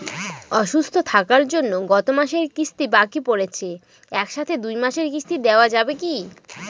অসুস্থ থাকার জন্য গত মাসের কিস্তি বাকি পরেছে এক সাথে দুই মাসের কিস্তি দেওয়া যাবে কি?